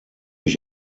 ich